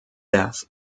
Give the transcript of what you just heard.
death